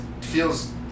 feels